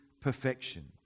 perfection